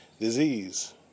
disease